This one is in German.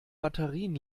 batterien